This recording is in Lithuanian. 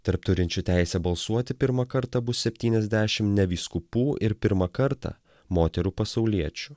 tarp turinčių teisę balsuoti pirmą kartą bus septyniasdešim vyskupų ir pirmą kartą moterų pasauliečių